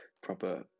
proper